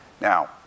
Now